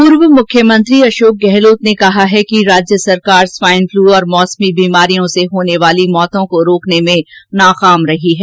पूर्व मुख्यमंत्री अशोक गहलोत ने कहा है कि राज्य सरकार स्वाइन फलू और मौसमी बीमारियों से होने वाली मौतों को रोकने में नाकाम रही है